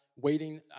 waiting